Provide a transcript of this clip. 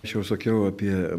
aš jau sakiau apie